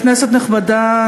כנסת נכבדה,